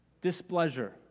displeasure